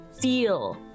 feel